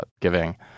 giving